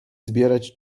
zbierać